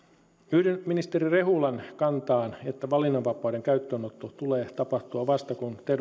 yhdyn ministeri rehulan kantaan että valinnanvapauden käyttöönoton tulee tapahtua vasta kun terveydenhuollon tietojärjestelmät on integroitu